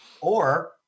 Or-